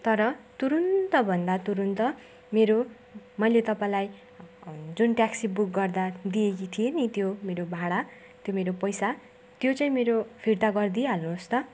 तर तुरुन्तभन्दा तुरुन्त मेरो मैले तपाईँलाई जुन ट्याक्सी बुक गर्दा दिएकी थिएँ नि त्यो मेरो भाडा त्यो मेरो पैसा त्यो चाहिँ मेरो फिर्ता गरिदिई हाल्नुहोस् त